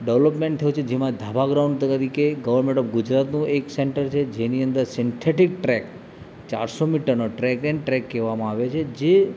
development થયું છે જેમાં ધાબા ગ્રાઉન્ડ તરીકે ગવર્નમેન્ટ ગુજરાતનો એક સેન્ટર છે જેની અંદર સિન્થેટિક ટ્રેક ચારસો મીટરનો ટ્રેક એન ટ્રેક કહેવામાં આવે છે જે